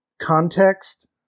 context